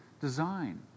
design